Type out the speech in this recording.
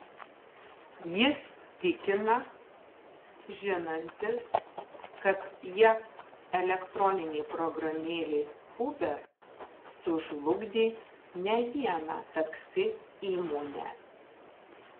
jis tikina žinantis kad jav elektroninė programėlė uber sužlugdė ne vieną taksi įmonę